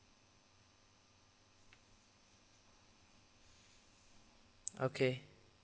okay